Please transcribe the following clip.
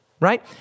Right